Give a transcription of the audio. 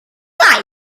hollol